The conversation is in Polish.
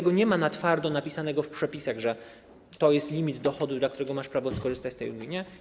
I nie ma tego twardo napisanego w przepisach: że to jest limit dochodu, dla którego masz prawo skorzystać z tej ulgi.